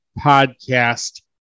podcast